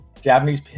japanese